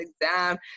exam